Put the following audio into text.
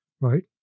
right